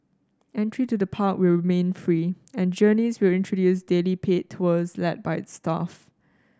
entry to the park will remain free and Journeys will introduce daily paid tours led by its staff